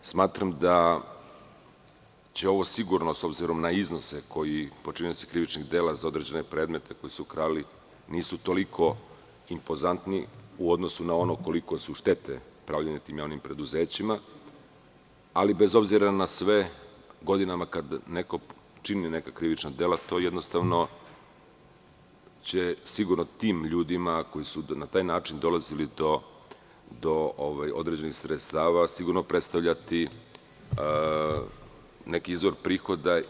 Smatram da će ovo sigurno, s obzirom na iznose koji počinioci krivičnih dela za određene predmete koje su krali nisu toliko impozantni u odnosu na ono koje su štete pravljene tim javnim preduzećima, ali bez obzira na sve, kada neko godinama čini neka krivična dela, to će sigurno tim ljudima koji su na taj način dolazili do određenih sredstava predstavljati neki izvor prihoda.